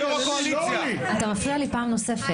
אתה מפריע לי פעם נוספת.